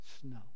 snow